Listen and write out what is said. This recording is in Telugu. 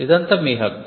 ఇదంతా మీ హక్కు